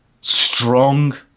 strong